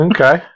Okay